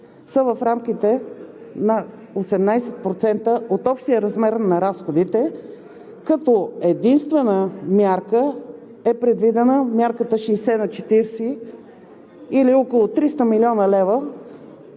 са в рамките на 18% от общия размер на разходите, като единствена мярка е предвидена Мярката 60/40, или около 300 млн. лв.